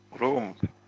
room